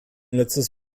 letztes